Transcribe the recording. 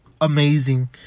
amazing